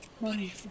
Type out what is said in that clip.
money